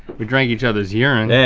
we drank each other's urine. yeah,